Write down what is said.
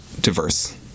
diverse